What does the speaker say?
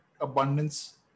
abundance